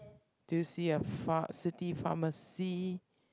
do you see a pha~ city pharmacy